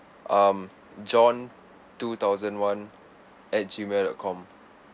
um john two thousand one at G mail dot com